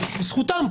זכותם,